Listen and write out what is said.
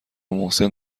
محسن